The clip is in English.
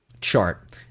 chart